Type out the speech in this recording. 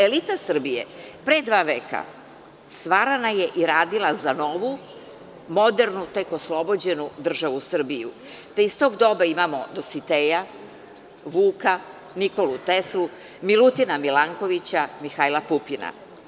Elita Srbije pre dva veka stvarana je i radila je za novu, modernu, tek oslobođenu državu Srbiju, te iz tog doba imamo Dositeja, Vuka, Nikolu Teslu, Milutina Milankovića, Mihajla Pupina.